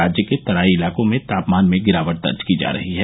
राज्य के तराई इलाकों में तापमान में गिरावट दर्ज की जा रही है